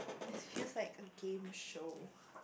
it feels like a game show